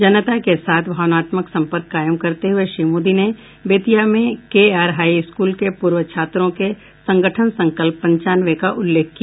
जनता के साथ भावनात्मक संपर्क कायम करते हुए श्री मोदी ने बेतिया में के आर हाई स्कूल के पूर्व छात्रों के संगठन संकल्प पंचानवे का उल्लेख किया